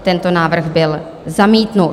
Tento návrh byl zamítnut.